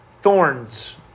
thorns